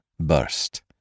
burst